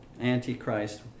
Antichrist